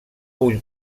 vull